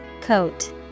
Coat